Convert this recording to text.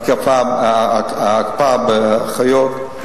הקפאה לאחיות,